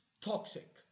Toxic